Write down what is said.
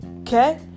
okay